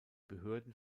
behörden